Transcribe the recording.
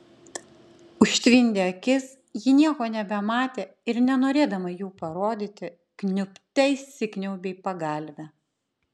užtvindė akis ji nieko nebematė ir nenorėdama jų parodyti kniubte įsikniaubė į pagalvę